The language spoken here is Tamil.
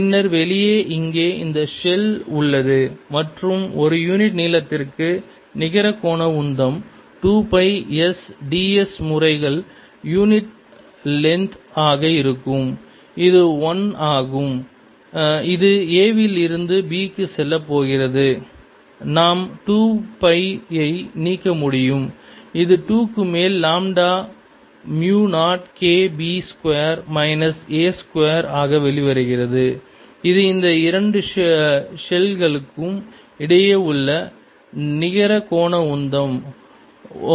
பின்னர் வெளியே இங்கே இந்த ஷெல் உள்ளது மற்றும் ஒரு யூனிட் நீளத்திற்கு நிகர கோண உந்தம் 2 பை S d s முறைகள் யூனிட் லென்த் ஆக இருக்கும் இது 1 ஆகும் இது a வில் இருந்து b க்கு செல்லப் போகிறது நாம் 2 பை யை நீக்க முடியும் இது 2 க்கு மேலே lambda mu 0 K b square minus a square ஆக வருகிறது இது இந்த இரண்டு ஷெல்களுக்கும் இடையே உள்ள நிகர கோண உந்த உள்ளடக்கம் ஆகும்